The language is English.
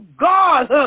God